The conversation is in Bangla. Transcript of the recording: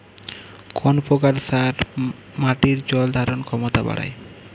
কোন প্রকার সার মাটির জল ধারণ ক্ষমতা বাড়ায়?